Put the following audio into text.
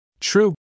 True